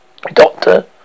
doctor